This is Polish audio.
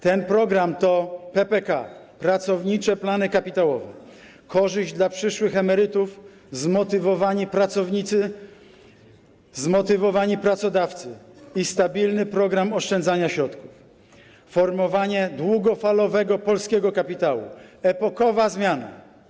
Ten program to PPK - pracownicze plany kapitałowe: korzyść dla przyszłych emerytów, zmotywowani pracownicy, zmotywowani pracodawcy i stabilny program oszczędzania środków, formowanie długofalowego polskiego kapitału, epokowa zmiana.